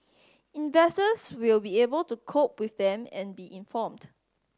investors will be able to cope with them and be informed